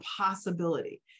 possibility